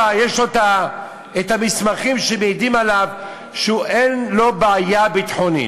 יש לו מסמכים המעידים שאין לו בעיה ביטחונית.